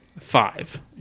five